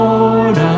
Lord